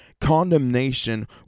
Condemnation